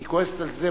היא כועסת על זה,